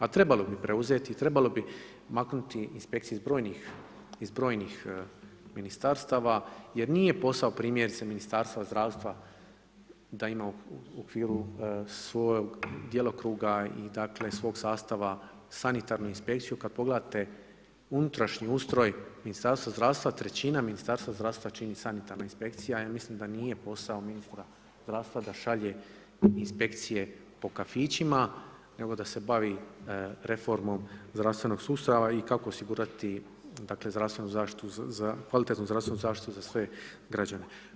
A trebalo bi ih preuzeti, trebalo bi maknuti inspekciju iz brojnih ministarstava jer nije posao primjerice Ministarstva zdravstva da ima u okviru svog djelokruga i dakle svog sastava sanitarnu inspekciju, kad pogledate unutrašnji ustroj, Ministarstvo zdravstva, 1/3 Ministarstva zdravstva čini sanitarna inspekcija, a ja mislim da nije posao ministra zdravstva da šalje inspekcije po kafićima nego da se bavi reformom zdravstvenog sustava i kako osigurati kvalitetnu zdravstvenu zaštitu za sve građane.